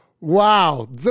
Wow